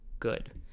Good